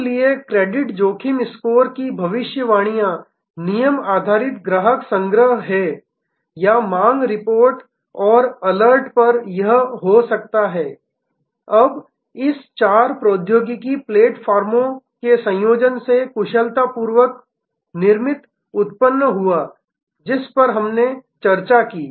इसलिए क्रेडिट जोखिम स्कोर की भविष्यवाणियां नियम आधारित ग्राहक संग्रह हैं या मांग रिपोर्ट और अलर्ट पर यह हो सकता है अब इस चार प्रौद्योगिकी प्लेटफार्मों के संयोजन से कुशलतापूर्वक निर्मित उत्पन्न हुआ जिस पर हमने चर्चा की